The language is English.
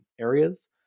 areas